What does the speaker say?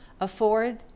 afford